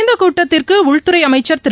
இந்தகூட்டத்திற்குஉள்துறைஅமைச்சர் திரு